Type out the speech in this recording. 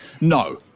No